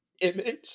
image